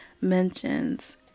mentions